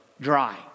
dry